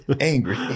angry